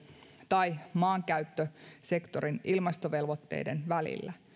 tai maankäyttösektorin ilmastovelvoitteiden välillä